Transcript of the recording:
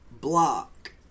block